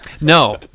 No